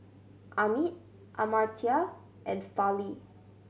Amit Amartya and Fali